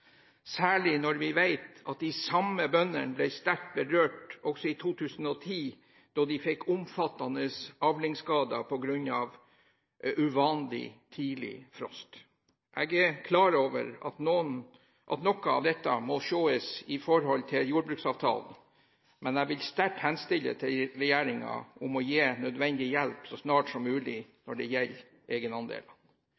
særlig når vi vet at de samme bøndene ble sterkt berørt også i 2010, da de fikk omfattende avlingsskader på grunn av uvanlig tidlig frost. Jeg er klar over at noe av dette må ses i forhold til jordbruksavtalen, men jeg vil sterkt henstille til regjeringen om å gi nødvendig hjelp så snart som mulig